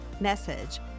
message